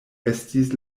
estis